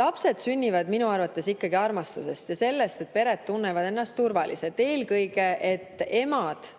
Lapsed sünnivad minu arvates ikkagi armastusest ja sellest, et pered tunnevad ennast turvaliselt, eelkõige, et emad